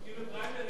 פריימריס.